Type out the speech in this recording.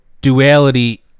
duality